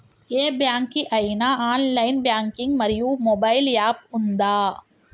ఏ bank కి ఐనా online banking మరియు మొబైల్ యాప్ ఉందా?